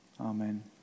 amen